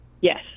Yes